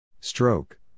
Stroke